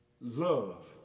love